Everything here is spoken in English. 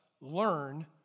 learn